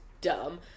dumb